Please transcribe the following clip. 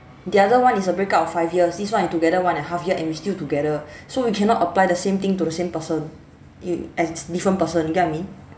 the other one is a break up of five years this one is together one and a half year and we still together so we cannot apply the same thing to the same person you un~ different person you get what I mean